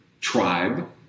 tribe